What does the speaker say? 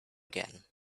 again